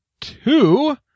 two